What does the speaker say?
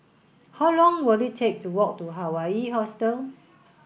how long will it take to walk to Hawaii Hostel